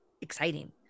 exciting